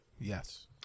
Yes